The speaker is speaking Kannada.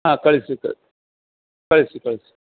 ಹಾಂ ಕಳಿಸಿ ಕಳಿಸಿ ಕಳಿಸಿ